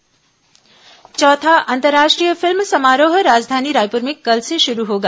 अंतर्राष्ट्रीय फिल्म समारोह चौथा अंतर्राष्ट्रीय फिल्म समारोह राजधानी रायपुर में कल से शुरू होगा